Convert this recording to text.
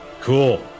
Cool